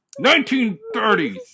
1930s